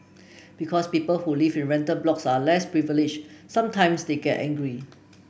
because people who live in rental blocks are less privilege sometimes they get angry